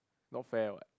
no fair what